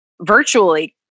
virtually